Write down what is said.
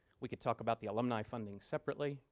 we could talk about the alumni funding separately,